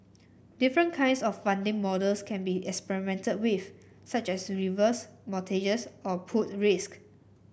different kinds of funding models can be experimented with such as reverse mortgages or pooled risk